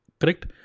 correct